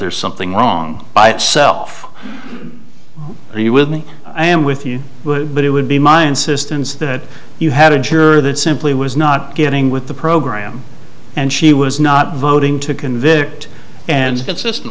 there's something wrong by itself are you with me i am with you but it would be my insistence that you had a juror that simply was not getting with the program and she was not voting to convict and consistent